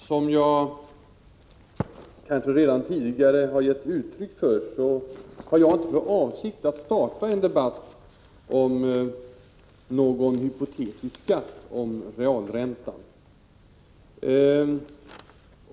Fru talman! Som jag redan tidigare har gett uttryck för har jag inte för avsikt att starta en debatt om någon hypotetisk skatt på realräntan.